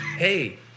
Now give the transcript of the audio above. Hey